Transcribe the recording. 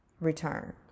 return